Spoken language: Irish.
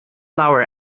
leabhar